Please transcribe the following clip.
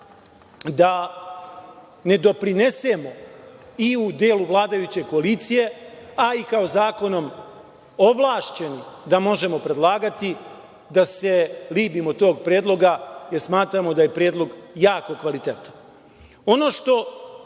da ne doprinesemo i u delu vladajuće koalicije, a i kao zakonom ovlašćeni da možemo predlagati da se libimo tog predloga, jer smatramo da je predlog jako kvalitetan. Ono što